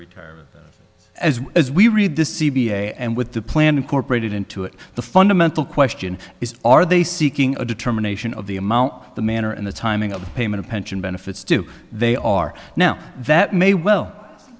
return as as we read this c b and with the plan incorporated into it the fundamental question is are they seeking a determination of the amount the manner and the timing of the payment of pension benefits do they are now that may well